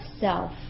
self